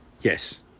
yes